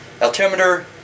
altimeter